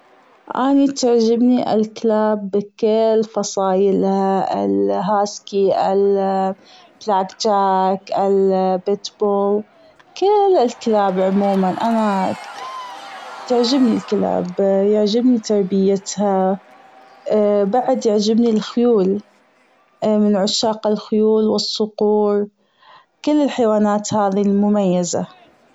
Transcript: أني تعجبني الكلاب بكل فصايلها الهاسكي البلاك جاك البيتبول كل الكلاب عموما تعجبني الكلاب يعجبني تربيتها بعد تعجبني الخيول انا من عشاق الخيول والصقور كل الحيوانات هذي المميزة.